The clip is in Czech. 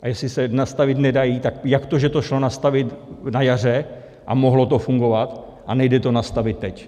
A jestli se nastavit nedají, tak jak to, že to šlo nastavit na jaře a mohlo to fungovat, a nejde to nastavit teď?